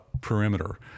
perimeter